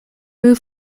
moved